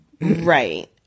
Right